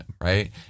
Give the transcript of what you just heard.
right